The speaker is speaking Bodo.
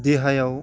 देहायाव